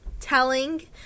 telling